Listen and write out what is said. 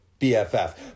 BFF